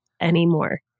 anymore